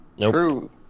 True